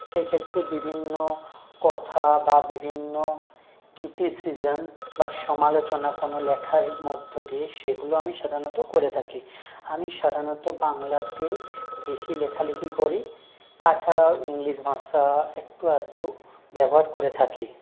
সেক্ষেত্রে বিভিন্ন কথা বা বিভিন্ন ক্রিটিসিজম বা সমালোচনা কোনো লেখার মধ্যে দিয়ে সেগুলো আমি সাধারণত করে থাকি আমি সাধারণত বাংলাতে বেশি লেখালেখি করি তাছাড়াও ইংলিশ ভাষা একটু আধটু ব্যবহার করে থাকি